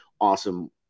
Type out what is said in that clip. awesome